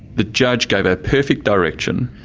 the judge gave a perfect direction,